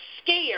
scared